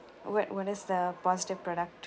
what what is the positive product